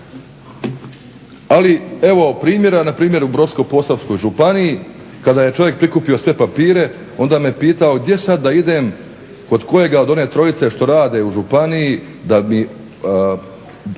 Ali evo primjera npr. u Brodsko-posavskoj županiji kada je čovjek prikupio sve papire onda me pitao gdje sada da idem kod kojega od one trojice što rade u županiji da mi